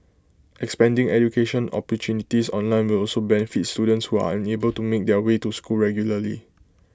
expanding education opportunities online will also benefit students who are unable to make their way to school regularly